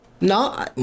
No